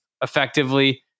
effectively